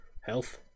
Health